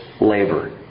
labor